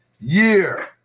year